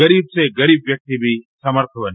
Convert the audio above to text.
गरीब से गरीब व्यक्ति भी समर्थ बने